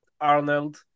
Arnold